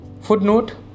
Footnote